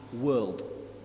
world